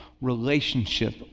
relationship